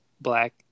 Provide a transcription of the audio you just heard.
black